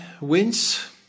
wins